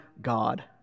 God